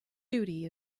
duty